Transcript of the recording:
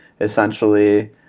essentially